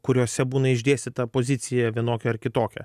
kuriuose būna išdėstyta pozicija vienokia ar kitokia